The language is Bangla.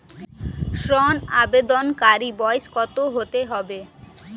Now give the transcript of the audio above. ঋন আবেদনকারী বয়স কত হতে হবে?